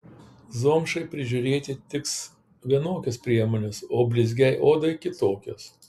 zomšai prižiūrėti tiks vienokios priemonės o blizgiai odai kitokios